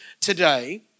today